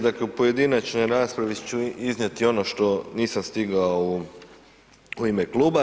Dakle, u pojedinačnoj raspravi ću iznijeti ono što nisam stigao u ime kluba.